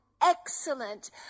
excellent